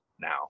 now